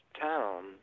town